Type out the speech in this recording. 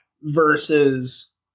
versus